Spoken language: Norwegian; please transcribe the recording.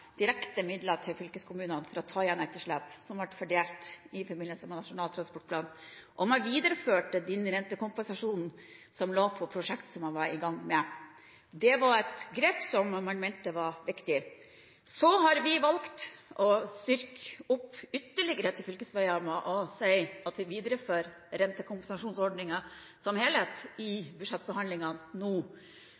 direkte til fylkeskommunene for å ta igjen etterslep, midler som ble fordelt i forbindelse med Nasjonal transportplan. Vi videreførte rentekompensasjonsordningen for prosjekter som man var i gang med. Det var et grep som man mente var viktig. Så har vi under budsjettbehandlingen nå valgt å styrke fylkesveiene ytterligere ved at vi viderefører rentekompensasjonsordningen som helhet.